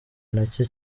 nacyo